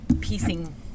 piecing